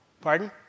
Pardon